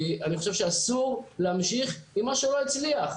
כי אני חושב שאסור להמשיך עם מה שלא הצליח.